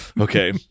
Okay